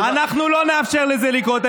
אנחנו לא נאפשר לזה לקרות.